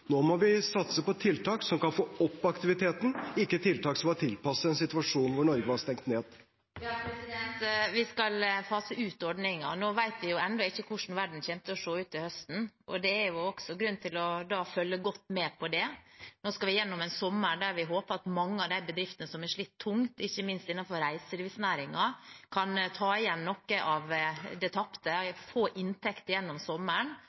Nå må vi satse på tiltak som kan få opp aktiviteten, ikke tiltak som var tilpasset en situasjon hvor Norge var stengt ned. Ja, vi skal fase ut ordningen. Nå vet vi jo ennå ikke hvordan verden kommer til å se ut til høsten, og det er også grunn til å følge godt med på det. Nå skal vi gjennom en sommer der vi håper at mange av de bedriftene som har slitt tungt, ikke minst innenfor reiselivsnæringen, kan ta igjen noe av det tapte, få inntekter gjennom sommeren som